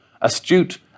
astute